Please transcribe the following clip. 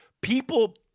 people